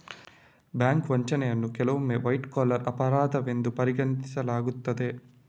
bank ವಂಚನೆಯನ್ನು ಕೆಲವೊಮ್ಮೆ white collar ಅಪರಾಧವೆಂದು ಪರಿಗಣಿಸಲಾಗುತ್ತದೆ